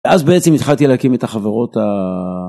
אז בעצם התחלתי להקים את החברות ה...